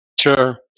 Sure